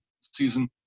season